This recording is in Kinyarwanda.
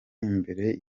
imbere